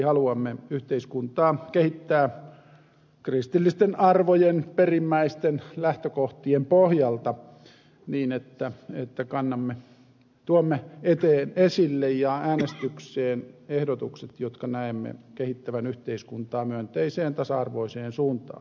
haluamme yhteiskuntaa kehittää kristillisten arvojen perimmäisten lähtökohtien pohjalta niin että tuomme esille ja äänestykseen ehdotukset joiden näemme kehittävän yhteiskuntaa myönteiseen tasa arvoiseen suuntaan